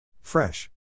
Fresh